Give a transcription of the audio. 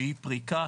שהיא פריקה,